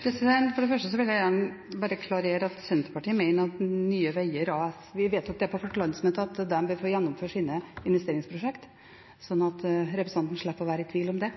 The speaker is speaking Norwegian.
For det første vil jeg gjerne gjøre klart at Senterpartiet vedtok på sitt landsmøte at Nye Veier bør få gjennomføre sine investeringsprosjekt. Så slipper representanten å være i tvil om det.